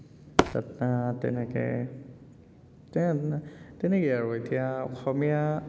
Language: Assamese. তেনেকৈ তেন তেনেকেই আৰু এতিয়া অসমীয়া